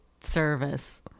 service